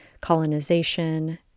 colonization